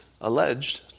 alleged